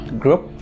group